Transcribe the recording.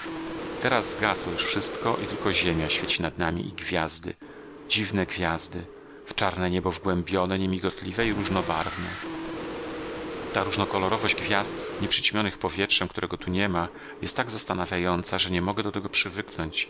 teraz zgasło już wszystko i tylko ziemia świeci nad nami i gwiazdy dziwne gwiazdy w czarne niebo wgłębione niemigotliwe i różnobarwne ta różnokolorowość gwiazd nie przyćmionych powietrzem którego tu niema jest tak zastanawiająca że nie mogę do tego